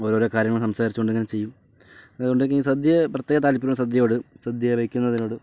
ഓരോരോ കാര്യങ്ങൾ സംസാരിച്ചു കൊണ്ട് ഇങ്ങനെ ചെയ്യും അതുകൊണ്ടൊക്കെ ഈ സദ്യ പ്രത്യേക താൽപര്യമാണ് സദ്യയോട് സദ്യ വെക്കുന്നതിനോട്